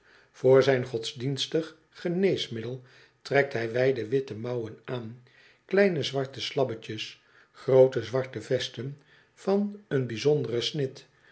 voor zijn godsdienstig geneesmiddel trekt hij wijde witte mouwen aan kleine zwarte slabbetjes groote zwarte vesten van een bijzonderen snit